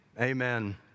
amen